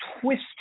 twist